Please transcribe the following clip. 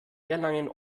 erlangen